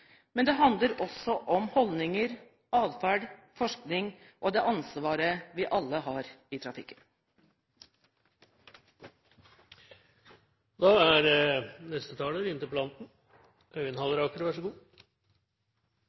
men det handler også om holdninger, adferd, forskning og det ansvaret vi alle har i